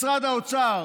משרד האוצר,